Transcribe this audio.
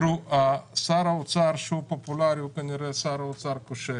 שר אוצר שהוא פופולרי הוא כנראה שר אוצר כושל.